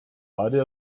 idea